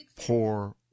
poor